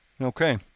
Okay